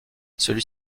celui